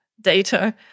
data